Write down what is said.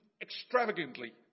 extravagantly